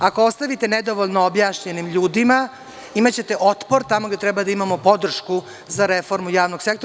Ako ostavite nedovoljno objašnjeno ljudima, imaćete otpor tamo gde treba da imamo podršku za reformu javnog sektora.